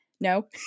No